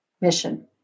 mission